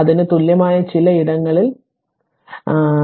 അതിന് തുല്യമായ ചിലയിടങ്ങളിൽ കുറവാണ്